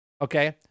okay